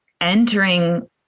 entering